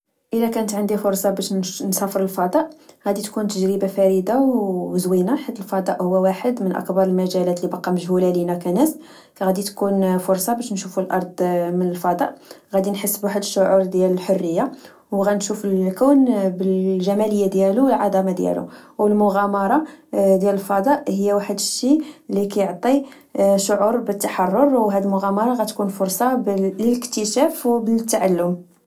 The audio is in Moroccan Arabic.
إلا كانت عندي فرصة باش تسافر للفضاء، غادي تكون تجربة فريدة وزوينة، حيت الفضاء هو واحد من أكبر المجالات لبقا مجهولة لينا كناس. فغادي فرصة نشوفو الأرض من الفضاء، غدي نحس بواحد الشعور ديال الحرية، وغدي نشوف الكون بالجمالية ديالو والعظمة ديالو.و المغامرة ديال الفضاء هي واحد شي لكيعطي شعور بالتحرر، و هاد المغامرة غتكون فرصة للاكتشاف والتعلم